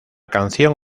canción